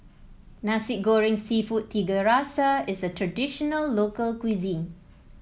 Nasi Goreng seafood Tiga Rasa is a traditional local cuisine